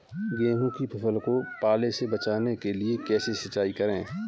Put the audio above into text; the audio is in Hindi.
गेहूँ की फसल को पाले से बचाने के लिए कैसे सिंचाई करें?